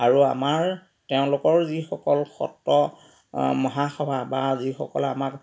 আৰু আমাৰ তেওঁলোকৰ যিসকল সত্ৰ মহাসভা বা যিসকলে আমাৰ